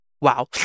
wow